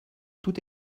tout